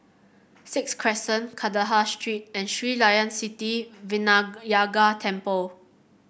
Sixth Crescent Kandahar Street and Sri Layan Sithi Vinayagar Temple